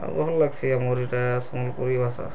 ଆଉ ଭଲ୍ ଲାଗ୍ସି ଆମର୍ ଇଟା ସମ୍ବଲପୁରୀ ଭାଷା